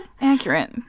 Accurate